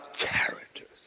characters